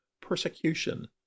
persecution